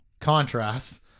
contrast